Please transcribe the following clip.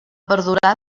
perdurar